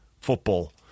football